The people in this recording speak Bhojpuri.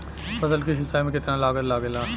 फसल की सिंचाई में कितना लागत लागेला?